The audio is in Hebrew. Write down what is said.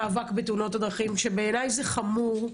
המאבק בתאונות הדרכים ובעיני זה חמור.